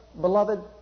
Beloved